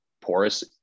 porous